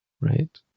right